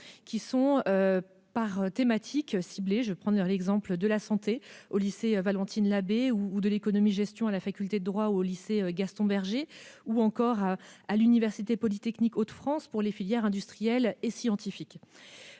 selon leurs spécialités ; je prendrai l'exemple de la santé au lycée Valentine-Labbé, de l'économie-gestion à la faculté de droit ou au lycée Gaston-Berger, ou encore à l'université polytechnique Hauts-de-France pour les filières industrielles et scientifiques.